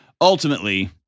ultimately